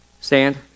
Stand